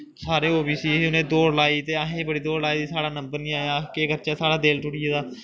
सारे O B C हे ते उ'नें दौड़ लाई असें गी बड़ी दौड़ लाई साढ़ा नंबर निं आया अस केह् करचै साढ़ा दिल टुट्टी गेदा